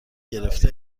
گرفته